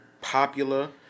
popular